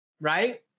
right